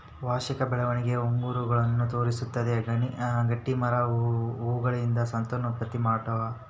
ವಾರ್ಷಿಕ ಬೆಳವಣಿಗೆಯ ಉಂಗುರಗಳನ್ನು ತೋರಿಸುತ್ತದೆ ಗಟ್ಟಿಮರ ಹೂಗಳಿಂದ ಸಂತಾನೋತ್ಪತ್ತಿ ಮಾಡ್ತಾವ